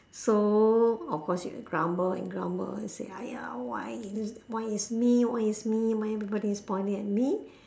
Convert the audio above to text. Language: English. so of course you grumble and grumble and say !aiya! why is why is me why is me why everybody is pointing at me